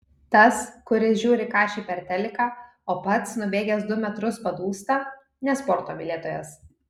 tas kuris žiūri kašį per teliką o pats nubėgęs du metrus padūsta ne sporto mylėtojas